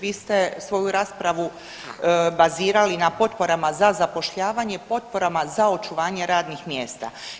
Vi ste svoju raspravu bazirali na potporama za zapošljavanje i potporama za očuvanje radnih mjesta.